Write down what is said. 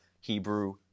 Hebrew